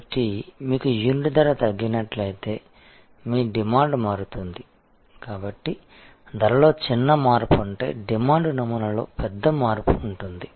కాబట్టి మీకు యూనిట్ ధర తగ్గినట్లయితే మీ డిమాండ్ మారుతుంది కాబట్టి ధరలో చిన్న మార్పు అంటే డిమాండ్ నమూనాలో పెద్ద మార్పు ఉంటుంది